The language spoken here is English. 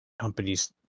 companies